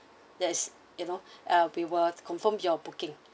that's you know uh we will confirm your booking